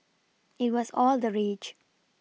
it was all the rage